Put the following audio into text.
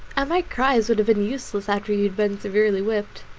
and my cries would have been useless after you had been severely whipped.